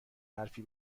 حرفی